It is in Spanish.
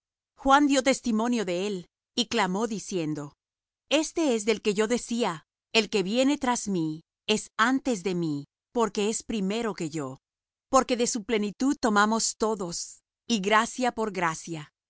juan dió testimonio de él y clamó diciendo este es del que yo decía el que viene tras mí es antes de mí porque es primero que yo porque de su plenitud tomamos todos y gracia por gracia